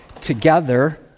together